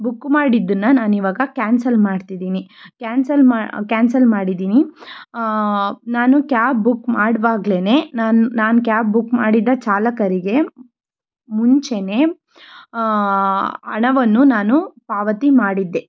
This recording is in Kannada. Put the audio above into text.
ಬುಕ್ ಮಾಡಿದ್ದನ್ನು ನಾನು ಇವಾಗ ಕ್ಯಾನ್ಸಲ್ ಮಾಡ್ತಿದ್ದೀನಿ ಕ್ಯಾನ್ಸಲ್ ಮಾ ಕ್ಯಾನ್ಸಲ್ ಮಾಡಿದ್ದೀನಿ ನಾನು ಕ್ಯಾಬ್ ಬುಕ್ ಮಾಡ್ವಾಗ್ಲೇ ನಾನು ನಾನು ಕ್ಯಾಬ್ ಬುಕ್ ಮಾಡಿದ್ದ ಚಾಲಕರಿಗೆ ಮುಂಚೆಯೇ ಹಣವನ್ನು ನಾನು ಪಾವತಿ ಮಾಡಿದ್ದೆ